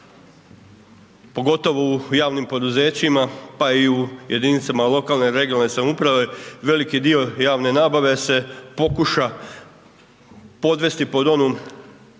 pogotovo u javnim poduzećima pa i u jedinicama lokalne i regionalne samouprave, veliki dio javne nabave se pokuša podvesti pod onu